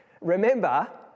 Remember